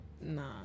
nah